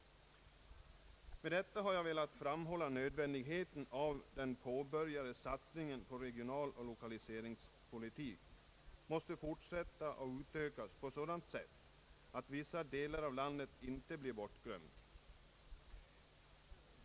Med detta har jag velat framhålla nödvändigheten av att den påbörjade satsningen på regionaloch lokaliseringspolitik får fortsätta och utökas så att vissa delar av landet inte blir bortglömda.